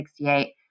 1968